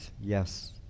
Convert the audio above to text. yes